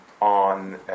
on